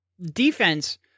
defense